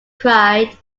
cried